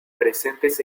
presentes